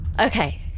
Okay